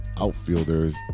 outfielders